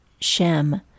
Shem